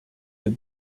have